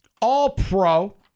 all-pro